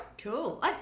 Cool